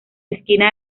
esquina